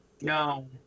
No